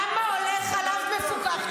כמה עולה חלב מפוקח?